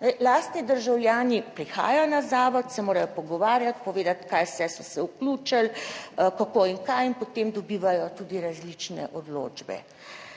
Zdaj, lastni državljani prihajajo na zavod, se morajo pogovarjati, povedati kaj vse so se vključili, kako in kaj in potem dobivajo tudi različne odločbe